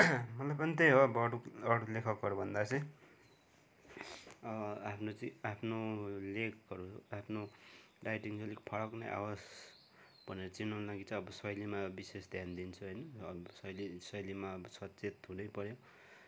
हुन पनि त्यही हो अरू अरू लेखकहरूभन्दा चाहिँ आफ्नो चाहिँ आफ्नो लेखहरू आफ्नो राइटिङ चाहिँ फरक नै आओस् भनेर चिनाउनु लागि चाहिँ अब शैलीमा विशेष ध्यान दिन्छु होइन शैली शैलीमा अब सचेत हुनै पऱ्यो